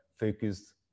focused